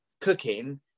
cooking